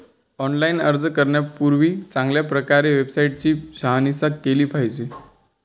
online अर्ज करण्यापूर्वी चांगल्या प्रकारे वेबसाईट ची शहानिशा केली पाहिजे